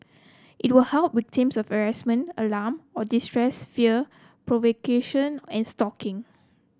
it will help victims of harassment alarm or distress fear provocation and stalking